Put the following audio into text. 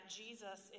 jesus